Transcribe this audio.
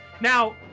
Now